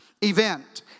event